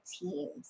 teams